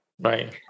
Right